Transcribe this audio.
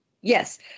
yes